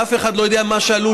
ואף אחד לא יודע מה שאלו,